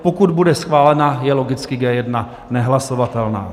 Pokud bude schválena, je logicky G1 nehlasovatelná.